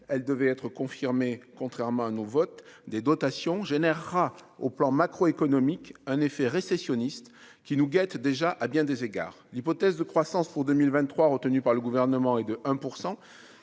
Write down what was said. elle devait être confirmée, contrairement à nos votes des dotations générera au plan macroéconomique un effet récessionniste qui nous guettent déjà à bien des égards, l'hypothèse de croissance pour 2023 retenu par le gouvernement et de un